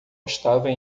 estava